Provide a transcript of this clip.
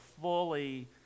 fully